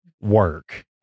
work